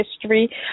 history